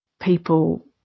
people